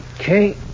Okay